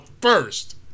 first